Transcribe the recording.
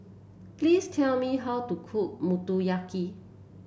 please tell me how to cook Motoyaki